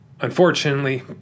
unfortunately